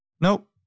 nope